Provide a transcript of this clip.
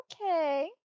okay